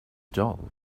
doll